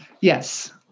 Yes